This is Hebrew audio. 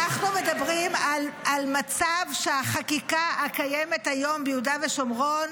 אנחנו מדברים על מצב שבו החקיקה הקיימת היום ביהודה ושומרון